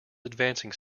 advancing